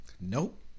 nope